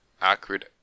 acrid